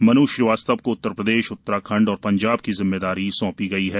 मन् श्रीवास्तव को उत्तर प्रदेश उत्तराखंड और पंजाब की ज़िम्मेदारी दी गयी है